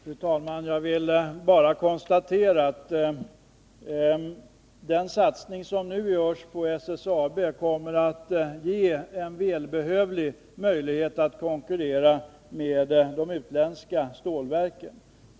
Fru talman! Jag vill bara konstatera att den satsning som nu görs på SSAB kommer att ge en välbehövlig möjlighet att konkurrera med de utländska stålverken.